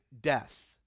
death